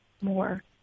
More